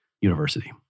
University